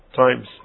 times